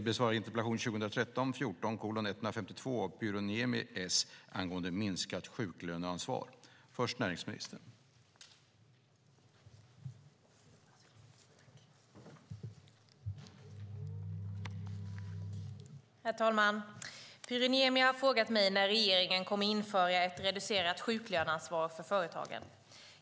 Herr talman! Pyry Niemi har frågat mig när regeringen kommer att införa ett reducerat sjuklöneansvar för företagen.